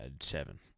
seven